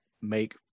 make